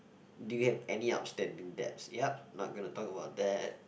do you have any outstanding debts yup I'm not gonna talk about that